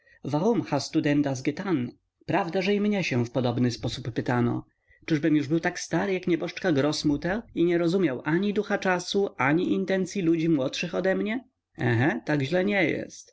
du denn das gethan prawda że i mnie się w podobny sposób pytano czyżbym już był tak stary jak nieboszczka grossmutter i nie rozumiał ani ducha czasu ani intencyi ludzi młodszych ode mnie ehe tak źle nie jest